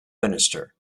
minister